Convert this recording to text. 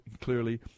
clearly